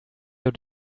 your